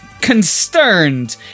concerned